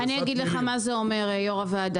אני אגיד לך מה זה אומר, יו"ר הוועדה.